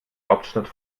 hauptstadt